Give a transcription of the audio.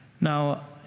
Now